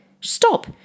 stop